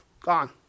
gone